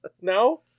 No